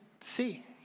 see